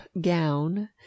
gown